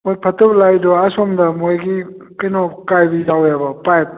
ꯍꯣꯏ ꯐꯠꯇꯕ ꯂꯥꯛꯏꯗꯣ ꯑꯁꯣꯝꯗ ꯃꯣꯏꯒꯤ ꯀꯩꯅꯣ ꯀꯥꯏꯕ ꯌꯥꯎꯋꯦꯕ ꯄꯥꯏꯞ